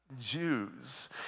Jews